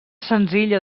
senzilla